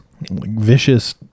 vicious